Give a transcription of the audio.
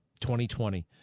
2020